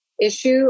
issue